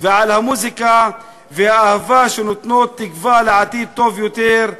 ועל מוזיקה ואהבה שנותנות תקווה לעתיד טוב יותר.